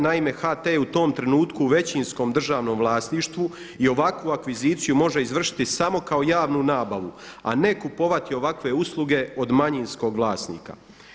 Naime HT je u tom trenutku u većinskom državnom vlasništvu i ovakvu akviziciju može izvršiti samo kao javnu nabavu a ne kupovati ovakve usluge od manjinskog vlasnika.